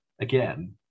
again